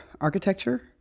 architecture